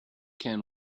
can